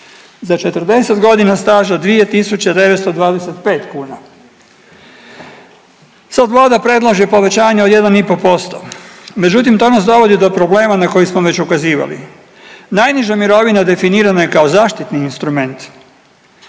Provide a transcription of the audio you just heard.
za 40.g. staža 2.925 kuna. Sad vlada predlaže povećanje od 1,5%, međutim to nas dovodi do problema na koji smo već ukazivali, najniža mirovina definirana je kao zaštitni instrument.